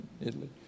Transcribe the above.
Italy